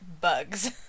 Bugs